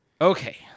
Okay